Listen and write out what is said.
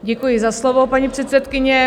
Děkuji za slovo, paní předsedkyně.